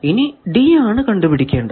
ഇനി D ആണ് കണ്ടുപിടിക്കേണ്ടത്